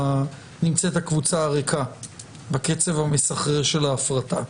הקבוצה הריקה בקצב המסחרר של ההפרטה,